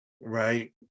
Right